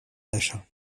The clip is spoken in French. d’achat